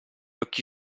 occhi